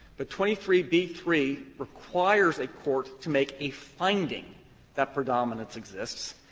but twenty three b three requires a court to make a finding that predominance exists.